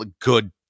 good